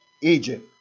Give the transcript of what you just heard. Egypt